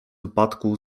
upadku